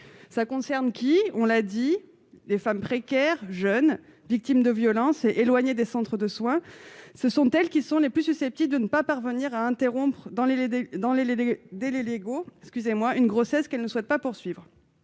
concernées des femmes jeunes, précaires, victimes de violences et éloignées des centres de soins : ces femmes sont les plus susceptibles de ne pas parvenir à interrompre dans les délais légaux une grossesse qu'elles ne souhaitent pas poursuivre.